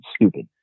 stupid